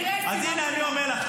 זה יקרה --- אז הינה אני אומר לך,